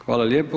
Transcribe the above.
Hvala lijepo.